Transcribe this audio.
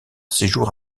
séjour